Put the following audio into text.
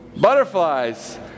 Butterflies